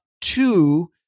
two